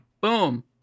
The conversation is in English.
Boom